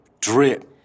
drip